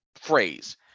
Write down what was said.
phrase